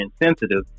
insensitive